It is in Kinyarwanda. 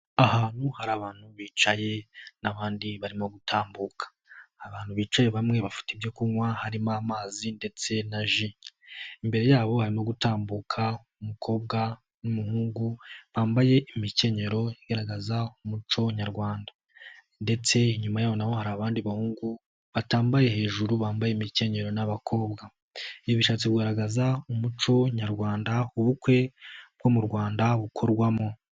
Ahantu hari abantu bicaye n'abandi barimo gutambuka. Abantu bicaye bamwe bafite ibyo kunywa harimo amazi ndetse na ji. Imbere yabo harimo gutambuka umukobwa n'umuhungu bambaye imikenyero igaragaza umuco Nyarwanda ndetse inyuma yaho hari abandi bahungu batambaye hejuru bambaye imikenyero n'abakobwa. Ibi bishatse kugaragaza umuco Nyarwanda ubukwe bwo mu Rwanda bukorwamo.